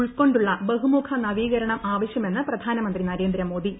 ഉൾക്കൊണ്ടുള്ള ബഹുമുഖ നവീകരണം ആവശ്യമെന്ന് പ്രധാനമന്ത്രി നരേന്ദ്രമോദി